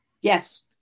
Yes